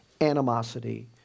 animosity